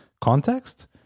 context